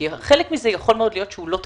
כי חלק מזה יכול מאוד להיות שהוא לא תקציבי,